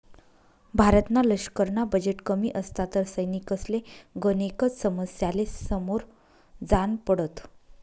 भारतना लशकरना बजेट कमी असता तर सैनिकसले गनेकच समस्यासले समोर जान पडत